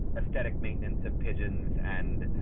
aesthetic maintenance and pigeons and